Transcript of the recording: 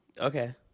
Okay